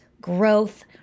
growth